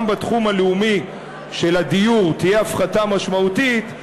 גם בתחום הלאומי של הדיור תהיה הפחתה משמעותית,